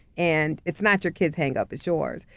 and it's not your kid's hangup. it's yours.